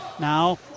Now